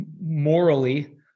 morally